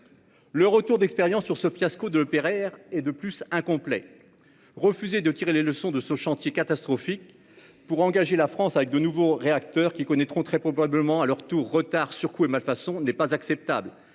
le retour d'expérience sur ce fiasco de l'EPR est incomplet. Refuser de tirer les leçons de ce chantier catastrophique avant d'engager la France dans des projets de nouveaux réacteurs, qui connaîtront très probablement à leur tour retards, surcoûts et malfaçons, n'est pas acceptable.